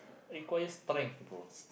require strength brother